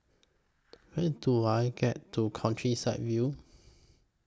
How Do I get to Countryside View